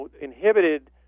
inhibited